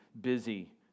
busy